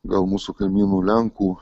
gal mūsų kaimynų lenkų